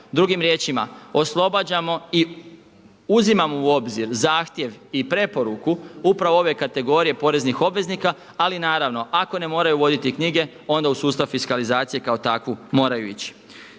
Drugim riječima, oslobađamo i uzimamo u obzir zahtjev i preporuku upravo ove kategorije poreznih obveznika, ali naravno ako ne moraju voditi knjige onda u sustav fiskalizacije kao takvu moraju ići.